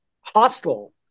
hostile